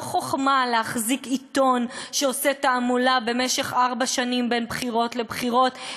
לא חוכמה להחזיק עיתון שעושה תעמולה במשך ארבע שנים בין בחירות לבחירות,